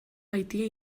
baitie